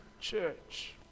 church